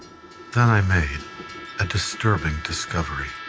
then, i made a disturbing discovery.